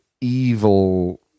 evil